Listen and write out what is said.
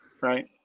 right